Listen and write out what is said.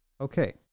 Okay